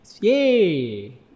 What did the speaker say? Yay